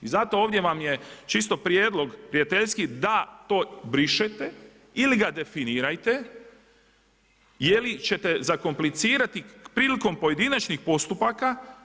I zato ovdje vam je čisto prijedlog prijateljski da to brišete ili ga definirajte jeli ćete zakomplicirati prilikom pojedinačnih postupaka.